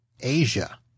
Asia